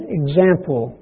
example